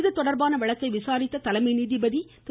இதுதொடர்பான வழக்கை விசாரித்த தலைமை நீதிபதி திரு